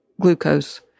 glucose